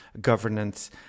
governance